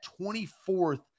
24th